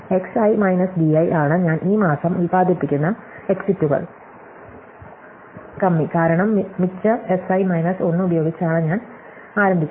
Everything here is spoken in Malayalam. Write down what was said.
X i minus d i ആണ് ഞാൻ ഈ മാസം ഉത്പാദിപ്പിക്കുന്ന എക്സിറ്റുകൾ കമ്മി കാരണം മിച്ച Si മൈനസ് 1 ഉപയോഗിച്ചാണ് ഞാൻ ആരംഭിച്ചത്